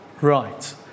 Right